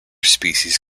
species